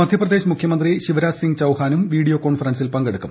മധ്യപ്രദേശ് മുഖ്യമന്ത്രി ശിവരാജ് സിങ് ചൌഹാനും വീഡിയോ കോൺഫറൻസിൽ പങ്കെടുക്കും